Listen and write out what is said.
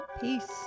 Peace